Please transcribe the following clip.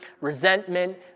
resentment